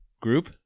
group